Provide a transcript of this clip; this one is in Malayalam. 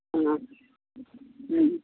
ആ മ്മ്